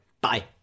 Bye